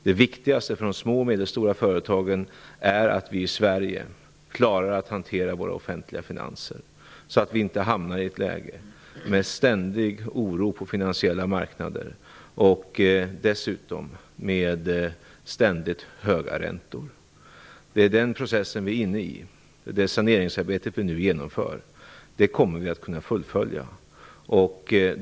Det viktigaste för de små och medelstora företagen är att vi i Sverige klarar att hantera våra offentliga finanser, så att vi inte hamnar i ett läge med ständig oro på finansiella marknader och dessutom med ständigt höga räntor. Det är den processen som vi är inne i, och det saneringsarbete som vi nu genomför kommer vi att kunna fullfölja.